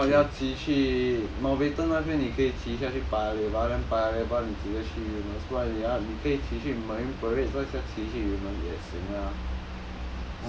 要骑去 mountbatten 那边也可以骑下去 paya lebar then paya lebar 你骑得去不然你可以骑去 marine parade 骑去 eunos 也行啊